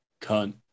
Cunt